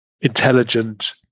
intelligent